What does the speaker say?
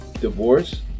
divorce